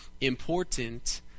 important